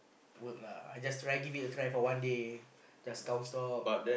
work lah I just try give it a try for one day just count stock